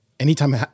Anytime